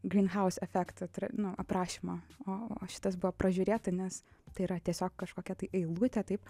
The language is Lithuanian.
gryniausią efektą tai yra nu aprašymą o šitas buvo pražiūrėta nes tai yra tiesiog kažkokia tai eilutė taip